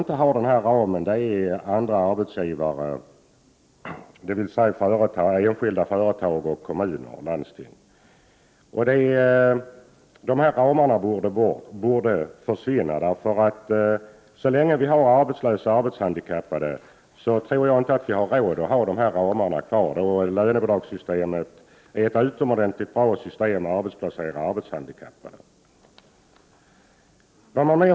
Det är bara för enskilda företag, kommuner och landsting som det inte finns någon sådan ram. Dessa ramar borde tas bort. Så länge det finns arbetslösa arbetshandikappade tror jag nämligen inte att samhället har råd att ha kvar dessa ramar, och lönebidragssystemet är ett utomordentligt bra system när det gäller att arbetsplacera arbetshandikappade.